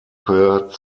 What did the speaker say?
gehört